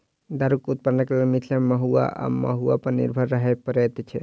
दारूक उत्पादनक लेल मिथिला मे महु वा महुआ पर निर्भर रहय पड़ैत छै